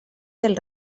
del